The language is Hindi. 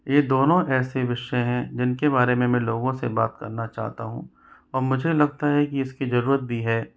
ये दोनों ऐसे विषय है जिन के बारे में मैं लोगों से बात करना चाहता हूँ और मुझे लगता है इस की ज़रूरत भी है